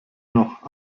noch